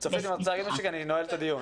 צופית, את רוצה להגיד משהו כי אני נועל את הדיון?